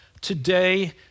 today